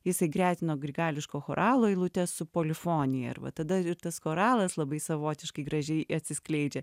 jisai gretino grigališko choralo eilutes su polifonija ir va tada ir tas choralas labai savotiškai gražiai atsiskleidžia